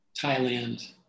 thailand